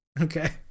Okay